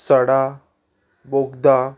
सडा बोगदा